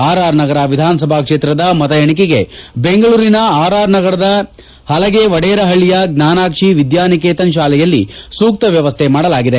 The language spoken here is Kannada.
ಆರ್ಆರ್ ನಗರ ವಿಧಾನಸಭಾ ಕ್ಷೇತ್ರದ ಮತ ಎಣಿಕೆಗೆ ಬೆಂಗಳೂರಿನ ಆರ್ಆರ್ ನಗರದ ಹಲಗೆವಡೇರಹಳ್ಳಯ ಚ್ವಾನಾಕ್ಷಿ ವಿದ್ಯಾನಿಕೇತನ್ ಶಾಲೆಯಲ್ಲಿ ಸೂಕ್ತ ವ್ಯವಸ್ಥೆ ಮಾಡಲಾಗಿದೆ